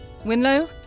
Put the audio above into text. Winlow